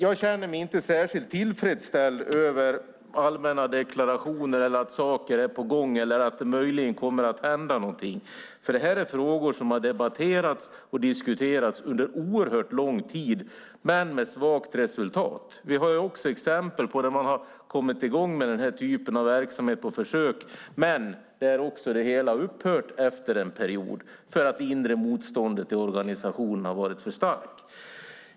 Jag känner mig inte särskilt tillfredsställd med allmänna deklarationer om att saker är på gång eller att det möjligen kommer att hända någonting. Det här är frågor som har debatterats och diskuterats under oerhört lång tid men med svagt resultat. Vi har också exempel där man har kommit i gång med den här typen av verksamhet på försök men där det hela har upphört efter en period därför att det inre motståndet i organisationen har varit för starkt.